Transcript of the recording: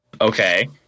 Okay